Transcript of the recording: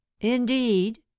Indeed